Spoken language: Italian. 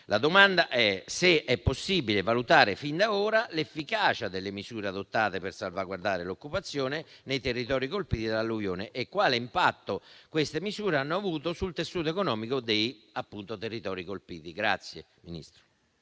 mia domanda è se è possibile valutare fin da ora l'efficacia delle misure adottate per salvaguardare l'occupazione nei territori colpiti dall'alluvione e quale impatto tali misure hanno avuto sul tessuto economico di tali territori. PRESIDENTE. Il ministro